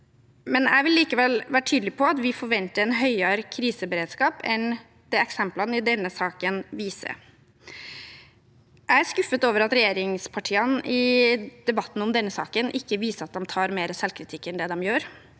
Jeg vil likevel være tydelig på at vi forventer en høyere kriseberedskap enn det eksemplene i denne saken viser. Jeg er skuffet over at regjeringspartiene i debatten om denne saken ikke viser at de tar mer selvkritikk enn det de gjør,